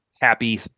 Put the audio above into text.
happy